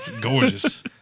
Gorgeous